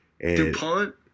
DuPont